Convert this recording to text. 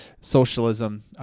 socialism